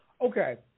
okay